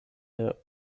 der